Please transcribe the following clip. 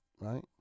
right